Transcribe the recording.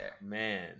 Man